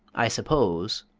i suppose,